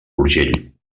urgell